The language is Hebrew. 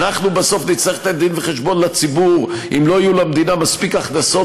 אנחנו בסוף נצטרך לתת דין-וחשבון לציבור אם לא יהיו למדינה מספיק הכנסות